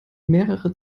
mehrere